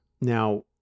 now